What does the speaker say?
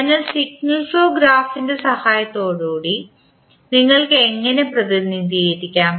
അതിനാൽ signal flow ഗ്രാഫിൻറെ സഹായത്തോടെ നിങ്ങൾ എങ്ങനെ പ്രതിനിധീകരിക്കും